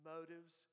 Motives